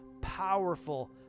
powerful